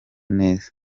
neza